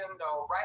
right